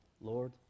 Lord